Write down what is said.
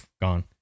gone